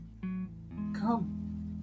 come